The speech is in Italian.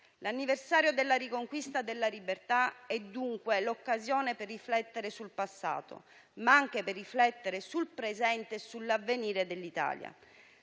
L'anniversario della riconquista della libertà è dunque l'occasione per riflettere sul passato, ma anche per riflettere sul presente e sull'avvenire dell'Italia.